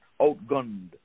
outgunned